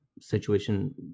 situation